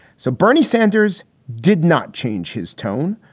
so bernie sanders did not change his tone.